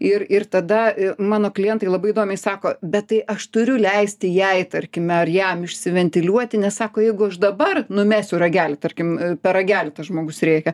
ir ir tada mano klientai labai įdomiai sako bet aš turiu leisti jai tarkime ar jam išsiventiliuoti nes sako jeigu aš dabar numesiu ragelį tarkim per ragelį tas žmogus rėkia